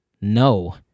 no